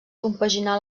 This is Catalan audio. compaginà